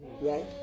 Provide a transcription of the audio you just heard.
right